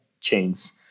chains